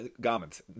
garments